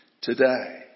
today